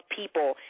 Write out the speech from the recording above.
people